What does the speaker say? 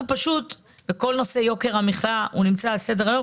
ונושא יוקר המחיה נמצאים על סדר-היום.